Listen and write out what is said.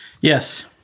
Yes